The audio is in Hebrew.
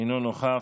אינו נוכח.